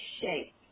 shape